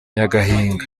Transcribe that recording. nyagahinga